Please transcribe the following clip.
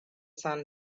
sun